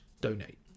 donate